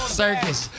circus